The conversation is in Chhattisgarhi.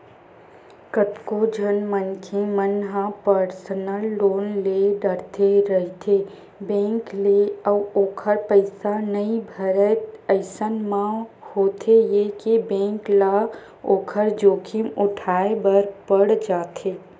कतको झन मनखे मन ह पर्सनल लोन ले डरथे रहिथे बेंक ले अउ ओखर पइसा नइ भरय अइसन म होथे ये के बेंक ल ओखर जोखिम उठाय बर पड़ जाथे